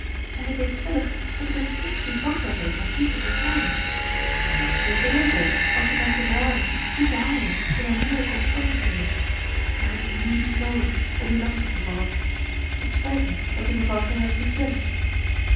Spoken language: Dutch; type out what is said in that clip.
en ik weet stellig dat ik in t minst niet bang zou zijn om u te vertrouwen ik zou juist heel blij zijn als u mij kondt raden hoe te handelen in mijn moeilijke omstandigheden maar het is nu niet noodig om u lastig te vallen het spijt mij dat u mevrouw ferrars niet kent